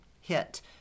hit